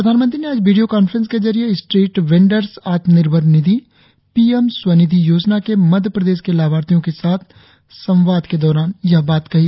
प्रधानमंत्री ने आज वीडियो कांफ्रेंस के जरिए street vendors Atmanirbhar Nidhi PM Svanidhi योजना के मध्य प्रदेश के लाभार्थियों के साथ संवाद के दौरान यह बात कही